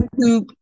YouTube